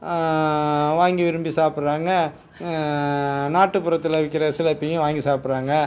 வாங்கி விரும்பி சாப்பிட்றாங்க நாட்டுப்புறத்தில் விற்கிற சிலேபியும் வாங்கி சாப்பிட்றாங்க